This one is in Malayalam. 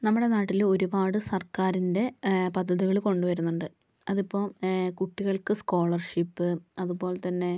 നമ്മുടെ നാട്ടില് ഒരുപാട് സർക്കാരിൻ്റെ പദ്ധതികള് കൊണ്ടു വരുന്നുണ്ട് അതിപ്പോ കുട്ടികൾക്ക് സ്കോളർഷിപ്പ് അതുപോലെ തന്നെ